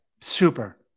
Super